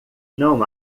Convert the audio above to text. não